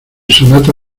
sonata